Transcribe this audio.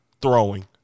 throwing